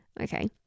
okay